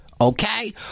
okay